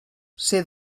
ser